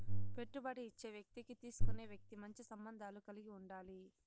పెట్టుబడి ఇచ్చే వ్యక్తికి తీసుకునే వ్యక్తి మంచి సంబంధాలు కలిగి ఉండాలి